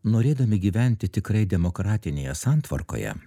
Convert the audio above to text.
norėdami gyventi tikrai demokratinėje santvarkoje